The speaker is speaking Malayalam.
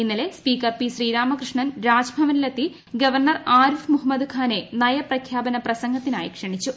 ഇന്നലെ സ്പീക്കർ പി ശ്രീരാമകൃഷ്ണൻ രാജ്ഭവനിലെത്തി ഗവർണർ ആരിഫ് മുഹമ്മദ് ഖാന്റെ ന്യപ്രഖ്യാപന പ്രസംഗത്തിനായി ക്ഷണിച്ചു